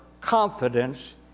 confidence